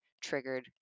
triggered